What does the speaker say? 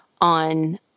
on